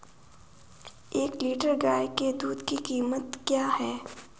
एक लीटर गाय के दूध की कीमत क्या है?